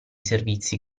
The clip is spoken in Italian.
servizi